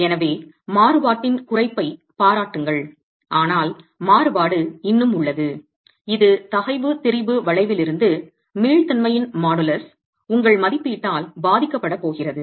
எனவே மாறுபாட்டின் குறைப்பைப் பாராட்டுங்கள் ஆனால் மாறுபாடு இன்னும் உள்ளது இது தகைவு திரிபு வளைவில் இருந்து மீள்தன்மையின் மாடுலஸ் உங்கள் மதிப்பீட்டால் பாதிக்கப்படப் போகிறது